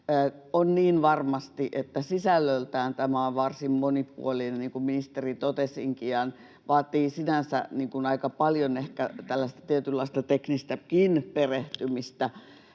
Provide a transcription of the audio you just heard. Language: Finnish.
On varmasti niin, että sisällöltään tämä on varsin monipuolinen, niin kuin ministeri totesikin, ja vaatii sinänsä aika paljon ehkä tällaista tietynlaista teknistäkin perehtymistä.